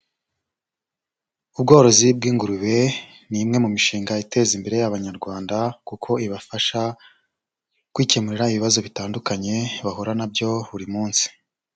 Ubworozi bw'ingurube, ni imwe mu mishinga iteza imbere Abanyarwanda, kuko ibafasha kwikemurira ibibazo bitandukanye, bahura na byo buri munsi.